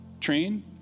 train